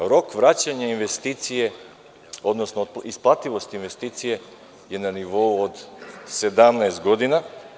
Rok vraćanja investicije, odnosno isplativost investicije je na nivou od 17 godina.